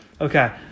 Okay